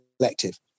collective